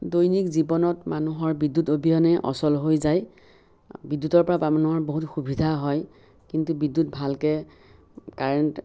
দৈনিক জীৱনত মানুহৰ বিদ্যুৎ অবিহনে অচল হৈ যায় বিদ্যুতৰ পৰা মানুহৰ বহুত সুবিধা হয় কিন্তু বিদ্যুৎ ভালকে কাৰেণ্ট